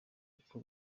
uko